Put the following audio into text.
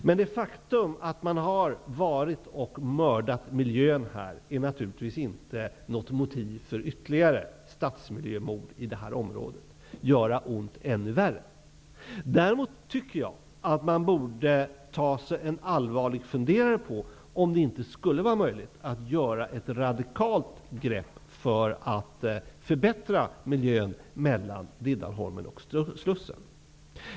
Men det faktum att man har varit och mördat miljön här, är naturligtvis inte något motiv för ytterligare stadsmiljömord i det här området -- att göra ont värre. Däremot tycker jag att man borde ta sig en allvarlig funderare på om det inte skulle vara möjligt att ta ett radikalt grepp för att förbättra miljön mellan Riddarholmen och Slussen.